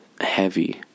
heavy